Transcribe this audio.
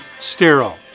sterile